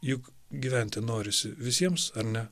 juk gyventi norisi visiems ar ne